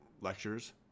lectures